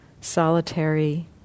solitary